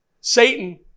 satan